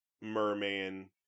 Merman